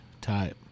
type